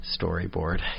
storyboard